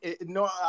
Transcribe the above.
no